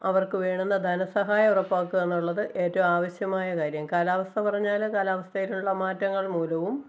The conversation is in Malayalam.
അവര്ക്ക് വേണ്ടുന്ന ധനസഹായം ഉറപ്പാക്കാന്നുള്ളത് ഏറ്റവും ആവശ്യമായ കാര്യം കാലാവസ്ഥ പറഞ്ഞാല് കാലാവസ്ഥയിലുള്ള മാറ്റങ്ങള് മൂലവും